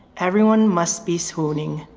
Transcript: everyone must be swooning.